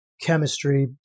chemistry